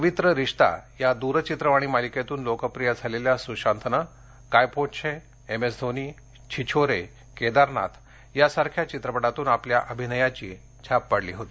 पवित्र रिश्ता या दूरचित्रवाणी मालिकेतून लोकप्रिय झालेल्या सुशांतनं काय पो छे एम एस धोनी छिछोरे केदारनाथ यासारख्या चित्रपटांतून आपल्या अभिनयाची छाप पाडली होती